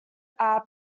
are